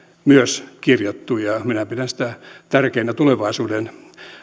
myös kirjattu ja minä pidän sitä tärkeänä tulevaisuuden